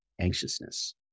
anxiousness